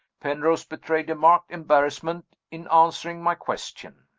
penrose betrayed a marked embarrassment in answering my question.